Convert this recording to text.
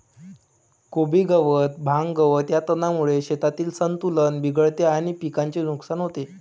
कोबी गवत, भांग, गवत या तणांमुळे शेतातील संतुलन बिघडते आणि पिकाचे नुकसान होते